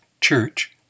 church